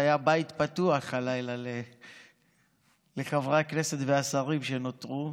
היה בית פתוח הלילה לחברי הכנסת והשרים שנותרו.